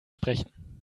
sprechen